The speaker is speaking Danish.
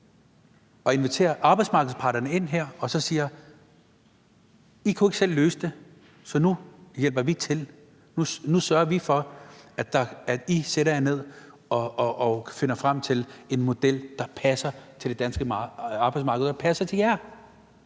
vi inviterer arbejdsmarkedets parter herind og siger: I kunne ikke selv løse det, så nu hjælper vi til; nu sørger vi for, at I sætter jer ned og finder frem til en model, der passer til det danske arbejdsmarked og passer til jer.